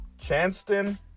Chanston